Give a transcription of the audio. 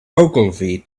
ogilvy